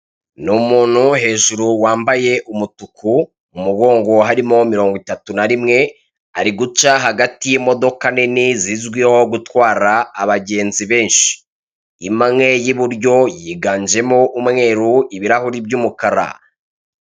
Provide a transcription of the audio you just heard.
N'umuntu hejuru wambaye umutuku mu mugongo harimo mirongo itatu na rimwe, ari guca hagati y'imodoka nini zizwiho gutwara abagenzi benshi, imwe y'iburyo yiganjemo umweru ibaruhuri by'umukara.